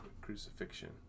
crucifixion